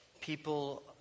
people